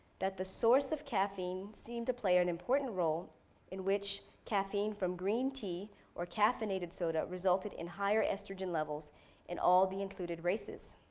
that the source of caffeine seemed to play an important role in which caffeine from green tea or caffeinated soda resulted in higher estrogen levels in all the included races.